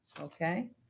Okay